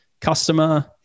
customer